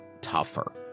tougher